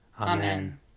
Amen